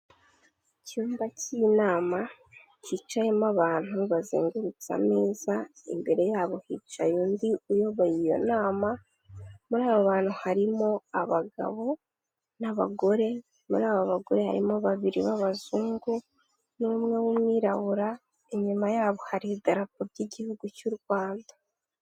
Icyumba cy'inama cyicayemo abantu bazengutsa ameza, imbere yabo hicaye undi uyoboye iyo nama, muri abo bantu harimo abagabo n'abagore, muri abo bagore harimo babiri b'abazungu n'umwe w'umwirabura, inyuma yabo hari Idarapo ry'Igihugu cy'u Rwanda.